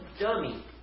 dummy